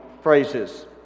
phrases